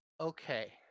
Okay